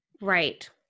Right